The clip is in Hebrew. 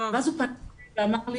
ואז הוא פנה אלי ואמר לי